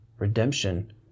redemption